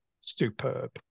superb